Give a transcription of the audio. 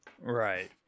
Right